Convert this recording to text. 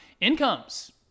incomes